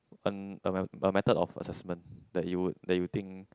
an~ a method of assessment that you would that you think